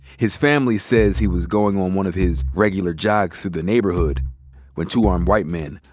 his family says he was going on one of his regular jogs through the neighborhood when two armed white men,